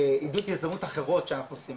עידוד יזמות אחרות שאנחנו עושים,